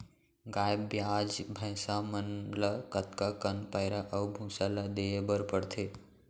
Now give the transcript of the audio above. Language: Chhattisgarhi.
गाय ब्याज भैसा मन ल कतका कन पैरा अऊ भूसा ल देये बर पढ़थे?